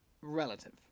relative